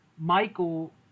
Michael